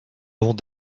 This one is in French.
avons